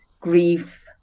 grief